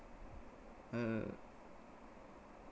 uh